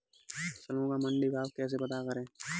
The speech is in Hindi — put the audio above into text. फसलों का मंडी भाव कैसे पता करें?